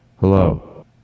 Hello